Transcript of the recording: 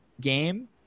game